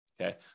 okay